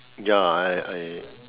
ya I I